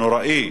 הנוראי,